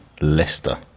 Leicester